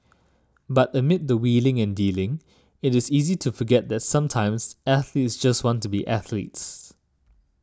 but amid the wheeling and dealing it is easy to forget that sometimes athletes just want to be athletes